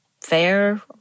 fair